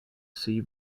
sea